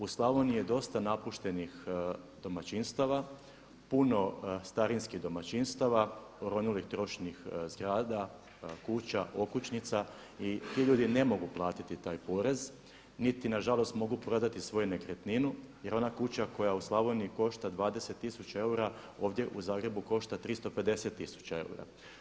U Slavoniji je dosta napuštenih domaćinstava, puno starinskih domaćinstava, oronulih, trošnih zgrada, kuća, okućnica i ti ljudi ne mogu platiti taj porez, niti nažalost mogu prodati svoju nekretninu jer ona kuća koja u Slavoniji košta 20 tisuća eura ovdje u Zagrebu košta 350 tisuća eura.